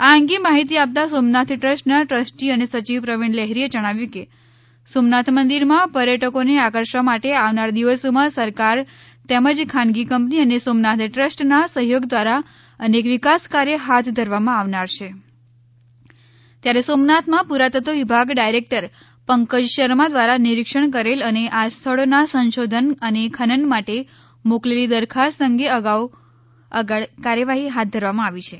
આ અંગે માહિતી આપતાં સોમનાથ ટ્રસ્ટના ટ્રસ્ટી અને સચિવ પ્રવીણ લહેરીએ જણાવ્યું કે સોમનાથ મંદીરમાં પર્યટકોને આકર્ષવા માટે આવનાર દિવસોમાં સરકાર તેમજ ખાનગી કંપની અને સોમનાથ ટ્રસ્ટના સહયોગ દ્વારા અનેક વિકાસ કાર્ય હાથ ધરવામાં આવનાર છે ત્યારે સોમનાથમાં પુરાતત્વ વિભાગ ડાયરેક્ટર પંકજ શર્મા દ્વારા નિરીક્ષણ કરેલ અને આ સ્થળોના સંશોધન અને ખનન માટે મોકલેલી દરખાસ્ત અંગે આગળ કાર્યવાહી હાથ ધરવામાં આવી છે